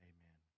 Amen